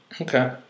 Okay